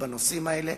בנושאים האלה.